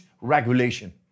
regulation